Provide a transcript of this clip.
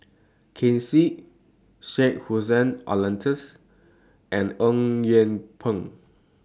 Ken Seet Syed Hussein Alatas and Eng Yee Peng